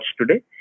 today